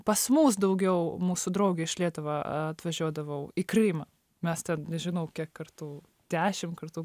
pas mus daugiau mūsų draugė iš lietuva atvažiuodavo į krymą mes ten nežinau kiek kartų dešimt kartų